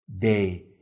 day